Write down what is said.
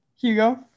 Hugo